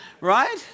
right